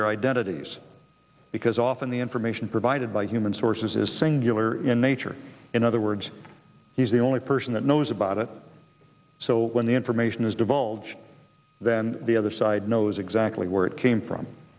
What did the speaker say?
their identities because often the information provided by human sources is singular in nature in other words he's the only person that knows about it so when the information is divulged then the other side knows exactly where it came from